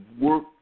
work